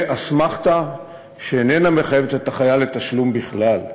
אסמכתה שאיננה מחייבת את החייל בתשלום בכלל.